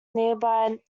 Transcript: nearby